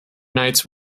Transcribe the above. knights